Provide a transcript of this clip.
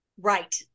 Right